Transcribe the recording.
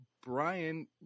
Brian